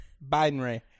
binary